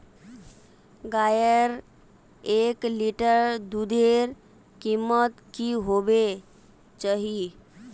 गायेर एक लीटर दूधेर कीमत की होबे चही?